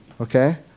okay